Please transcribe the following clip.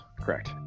Correct